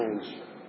change